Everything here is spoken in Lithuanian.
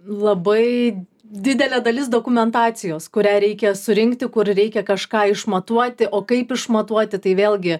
labai didelė dalis dokumentacijos kurią reikia surinkti kur reikia kažką išmatuoti o kaip išmatuoti tai vėlgi